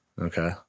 Okay